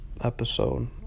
episode